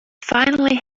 finally